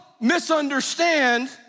misunderstand